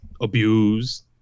abused